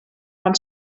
van